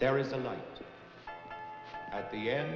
there's a light at the end